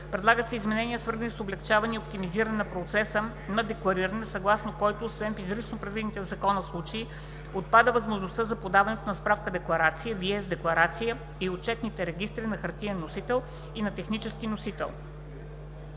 Предлагат се изменения, свързани с облекчаване и оптимизиране на процеса на деклариране, съгласно които, освен в изрично предвидени в закона случаи, отпада възможността за подаването на справка-декларацията, VIES-декларацията и отчетните регистри на хартиен носител и на технически носител.